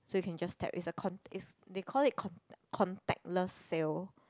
so you can just tap is a con is they call it con contactless sale